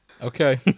Okay